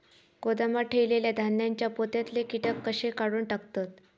गोदामात ठेयलेल्या धान्यांच्या पोत्यातले कीटक कशे काढून टाकतत?